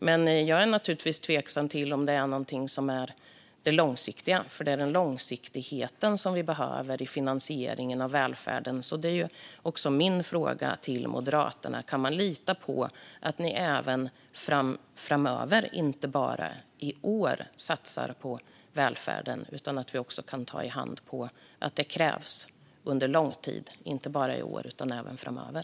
Men jag är naturligtvis tveksam till om det är långsiktigt, för det är långsiktighet vi behöver i finansieringen av välfärden. Min fråga till Moderaterna blir: Kan man lita på att ni även framöver och inte bara i år satsar på välfärden? Kan vi ta i hand på att detta krävs under lång tid, inte bara i år utan även framöver?